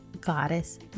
goddess